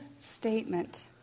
statement